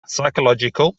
psychological